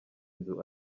nzu